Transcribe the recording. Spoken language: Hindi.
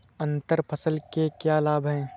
अंतर फसल के क्या लाभ हैं?